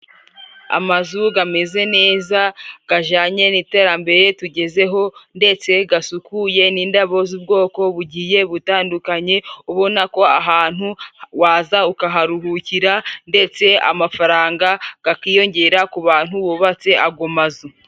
Amazu ameze neza, ajyanye n'iterambere tugezeho, ndetse asukuye, n'indabo z'ubwoko bugiye butandukanye, ubona ko ahantu waza ukaharuhukira, ndetse amafaranga akiyongera ku bantu bubatse ayo mazu.